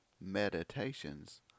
meditations